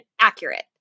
Accurate